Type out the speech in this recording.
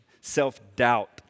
self-doubt